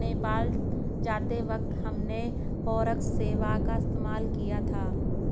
नेपाल जाते वक्त हमने फॉरेक्स सेवा का इस्तेमाल किया था